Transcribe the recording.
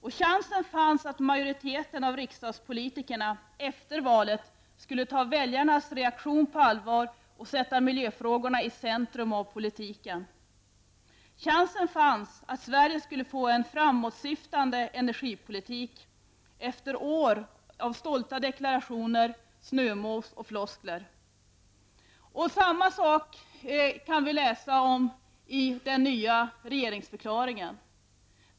Chansen fanns att majoriteten av riksdagspolitikerna, efter valet, skulle ta väljarnas reaktion på allvar och sätta miljöfrågorna i centrum av politiken. Chansen fanns att Sverige skulle få en framåtsyftande energipolitik, efter år av stolta deklarationer, snömos och floskler. Samma sak kan vi läsa om i den nya regeringsförklaringen.